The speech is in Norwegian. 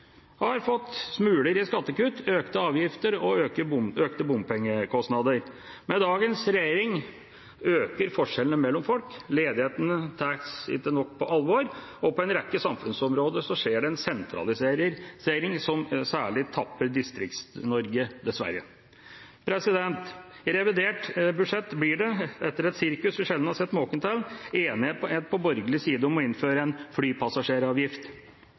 har fått smuler i skattekutt, økte avgifter og økte bompengekostnader. Med dagens regjering øker forskjellene mellom folk, ledigheten tas ikke nok på alvor, og på en rekke samfunnsområder skjer det en sentralisering som særlig tapper Distrikts-Norge, dessverre. I revidert budsjett blir det, etter et sirkus vi sjelden har sett maken til, enighet på borgerlig side om å innføre en flypassasjeravgift.